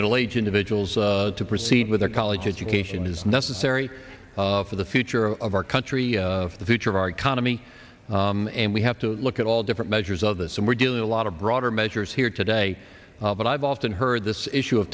middle age individuals to proceed with a college education is necessary for the future of our country the future of our economy and we have to look at all different measures of this and we're doing a lot of broader measures here today but i've often heard this issue of